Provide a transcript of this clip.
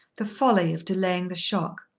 the folly of delaying the shock?